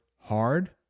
hard